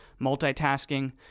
multitasking